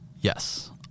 Yes